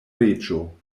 reĝo